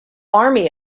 army